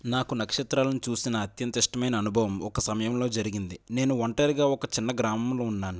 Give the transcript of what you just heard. నాకు నక్షత్రాలను చూసిన అత్యంత ఇష్టమైన అనుభవం ఒక సమయంలో జరిగింది నేను ఒంటరిగా ఒక చిన్న గ్రామంలో ఉన్నాను